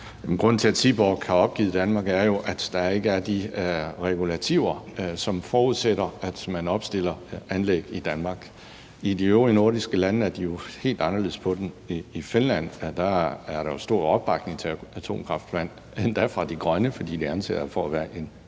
grunden til, at Seaborg har opgivet Danmark, er jo, at der ikke er de regulativer, som forudsættes, før man opstiller anlæg i Danmark. I de øvrige nordiske lande er de jo helt anderledes med på den. I Finland er der jo stor opbakning til atomkraft, endda fra De Grønne, fordi de anser det for at være